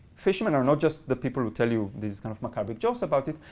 fishermen are not just the people who tell you these kind of macabre jokes about it.